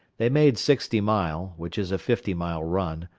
they made sixty mile, which is a fifty-mile run,